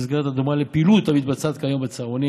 במסגרת הדומה לפעילות המתבצעת כיום בצהרונים